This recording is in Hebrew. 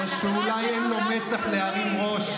או שאולי אין לו מצח להרים ראש?